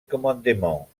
commandement